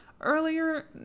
Earlier